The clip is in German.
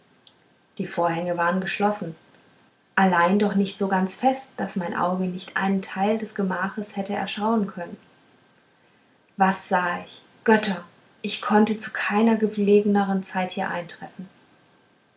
die vorhänge waren geschlossen allein doch nicht so ganz fest daß mein auge nicht einen teil des gemachs hätte erschauen können was sah ich götter ich konnte zu keiner gelegenern zeit hier eintreffen